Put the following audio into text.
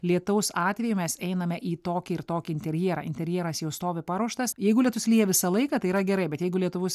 lietaus atveju mes einame į tokį ir tokį interjerą interjeras jau stovi paruoštas jeigu lietus lyja visą laiką tai yra gerai bet jeigu lietus